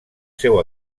seu